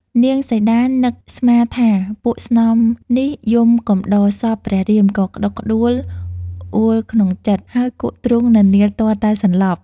នាងសីតានឹកស្នាថាពួកស្នំនេះយំកំដរសពព្រះរាមក៏ក្តុកក្តួលអូលក្នុងចិត្ត ហើយគក់ទ្រូងននៀលទាល់តែសន្លប់។